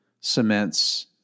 cements